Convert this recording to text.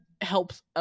helps